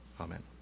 Amen